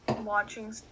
watching